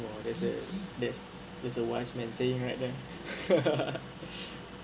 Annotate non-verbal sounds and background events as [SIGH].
they say there's there's a wise men saying right [LAUGHS]